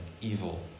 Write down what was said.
evil